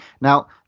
Now